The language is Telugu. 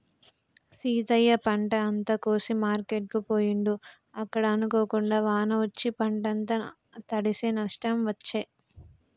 సీతయ్య పంట అంత కోసి మార్కెట్ కు పోయిండు అక్కడ అనుకోకుండా వాన వచ్చి పంట అంత తడిశె నష్టం వచ్చే